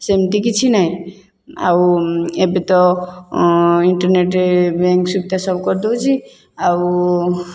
ସେମିତି କିଛି ନାଇଁ ଆଉ ଆଉ ଏବେ ତ ଇଣ୍ଟରନେଟ୍ ବ୍ୟାଙ୍କ ସୁବିଧା ସବୁ କରିଦେଉଛି ଆଉ